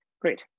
Great